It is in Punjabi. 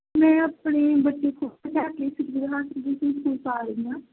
ਮੈਂ ਆਪਣੇ ਬੱਚੇ ਪਾ ਰਹੀ ਹਾਂ